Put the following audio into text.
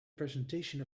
presentation